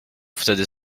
wtedy